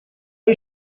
you